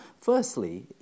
firstly